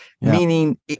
meaning